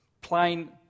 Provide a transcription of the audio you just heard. plain